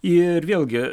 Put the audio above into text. ir vėlgi